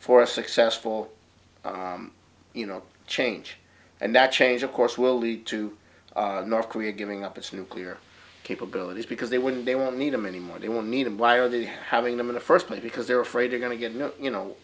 for a successful you know change and that change of course will lead to north korea giving up its nuclear capabilities because they wouldn't they won't need them anymore they will need and why are they having them in the first place because they're afraid they're going to get you know